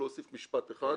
להוסיף משפט אחד,